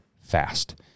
fast